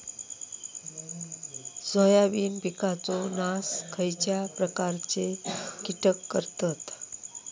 Soybean पिकांचो नाश खयच्या प्रकारचे कीटक करतत?